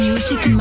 Music